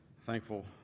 Thankful